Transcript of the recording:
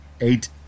eight